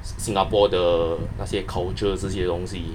singapore 的那些 culture 这些东西